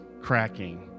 cracking